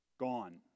gone